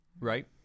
right